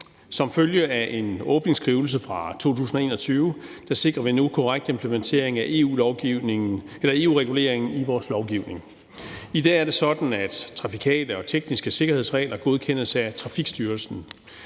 Som følge af en åbningsskrivelse fra 2021 sikrer vi nu korrekt implementering af EU-reguleringen i vores lovgivning. I dag er det sådan, at trafikale og tekniske sikkerhedsregler godkendes af Trafikstyrelsen.